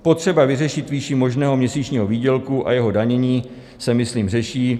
Potřeba vyřešit výši možného měsíčního výdělku a jeho zdanění se myslím řeší.